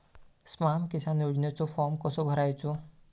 स्माम किसान योजनेचो फॉर्म कसो भरायचो?